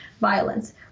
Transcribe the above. violence